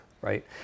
right